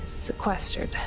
sequestered